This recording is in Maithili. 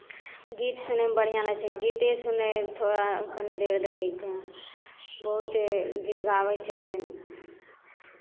गीत सुनयमे बढ़िआँ लागै छै गीते सुनै थोड़ा कनि देर धरिक बहुते गीत गाबै छै